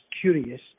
curious